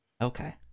okay